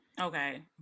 Okay